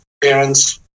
parents